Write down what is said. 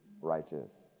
righteous